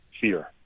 fear